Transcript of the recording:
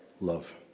love